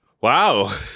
Wow